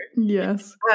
yes